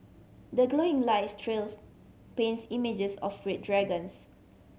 the glowing lights trails paints images of red dragons